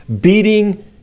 beating